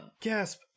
Gasp